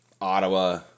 Ottawa